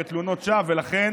לכן,